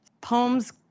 Poems